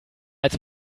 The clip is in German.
als